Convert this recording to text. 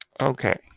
Okay